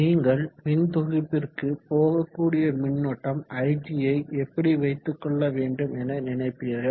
நீங்கள் மின்தொகுப்பிற்கு போகக்கூடிய மின்னோட்டம் ig யை எப்படி வைத்துக்கொள்ள வேண்டும் என நினைப்பீர்கள்